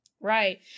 Right